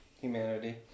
humanity